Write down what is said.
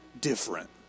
different